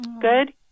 good